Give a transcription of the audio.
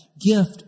gift